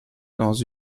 dans